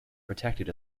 protected